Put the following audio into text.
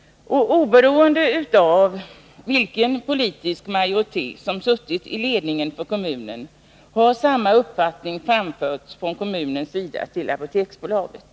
Oberoende av vilken politisk majoritet som har suttit i ledningen för kommunen har samma uppfattning framförts från kommunens sida till Apoteksbolaget.